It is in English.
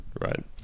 right